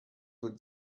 would